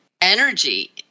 energy